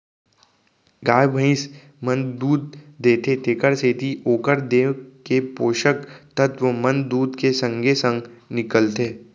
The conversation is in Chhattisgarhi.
गाय भइंस मन दूद देथे तेकरे सेती ओकर देंव के पोसक तत्व मन दूद के संगे संग निकलथें